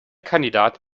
kandidat